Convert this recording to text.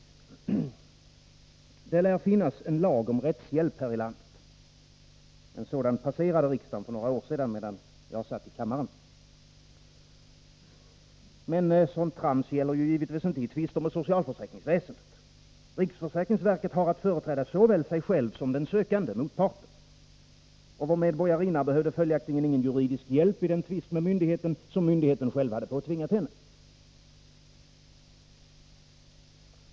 Det lär finnas en lag om rättshjälp här i landet. En sådan passerade för några år sedan riksdagen, medan jag satt i kammaren. Men sådant trams gäller givetvis inte i tvister med socialförsäkringsväsendet. Riksförsäkringsverket har att företräda såväl sig självt som den sökande motparten. Vår medborgarinna behövde följaktligen ingen juridisk hjälp i den tvist med myndigheten som myndigheten själv hade påtvingat henne.